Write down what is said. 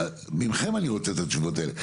מכם אני רוצה את התשובות האלה.